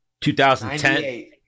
2010